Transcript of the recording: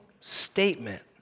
statement